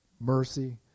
mercy